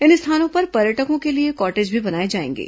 इन स्थानों पर पर्यटकों के लिए कॉटेज भी बनाए जाएंगे